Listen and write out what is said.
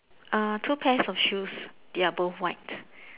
uh two pairs of shoes they are both white